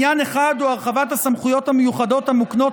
עניין אחד הוא הרחבת הסמכויות המיוחדות המוקנות